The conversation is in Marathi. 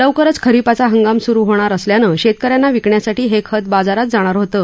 लवकरच खरिपाचा हंगाम सुरू होणार असल्यानं शेतकऱ्यांना विकण्यासाठी हे खत बाजारात जाणार होतं